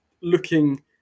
looking